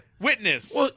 witness